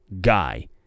guy